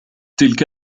تلك